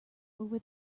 over